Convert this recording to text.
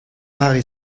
mare